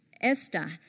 Esther